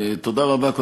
תודה רבה.